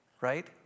right